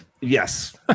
Yes